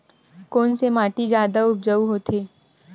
कोन से माटी जादा उपजाऊ होथे?